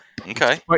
Okay